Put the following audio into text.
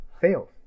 fails